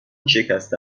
شکسته